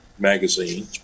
magazine